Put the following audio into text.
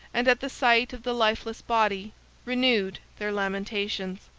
and at the sight of the lifeless body renewed their lamentations.